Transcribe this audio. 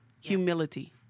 humility